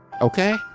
Okay